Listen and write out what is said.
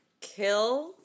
kill